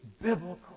biblical